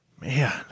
Man